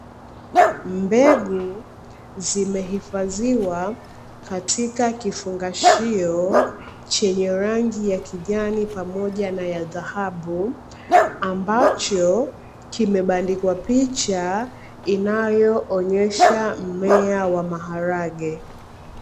Mbegu zimehifadhiwa katika kifungashio chenye rangi ya kijani pamoja na ya dhahabu, ambacho kimebandikwa picha inayo onesha mmea wa maharage.